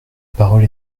parole